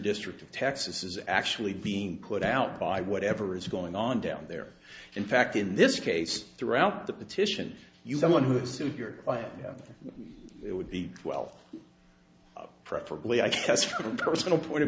district of texas is actually being put out by whatever is going on down there in fact in this case throughout the petition you someone who is still here it would be well preferably i cuss from personal point of